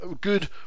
good